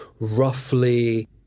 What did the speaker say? roughly